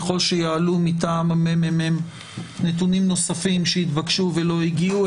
ככל שיעלו מטעם הממ"מ נתונים נוספים שנתבקשו ולא הגיעו,